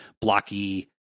blocky